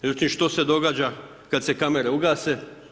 Međutim što se događa kad se kamere ugase?